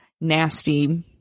nasty